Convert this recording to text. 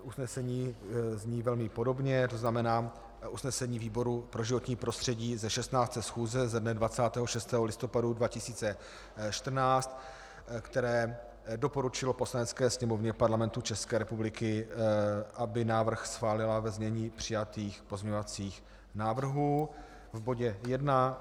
Usnesení zní velmi podobně, to znamená, usnesení výboru pro životní prostředí z 16. schůze ze dne 26. listopadu 2014, které doporučilo Poslanecké sněmovně Parlamentu České republiky, aby návrh schválila ve znění přijatých pozměňovacích návrhů v bodě jedna.